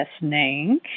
listening